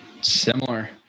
Similar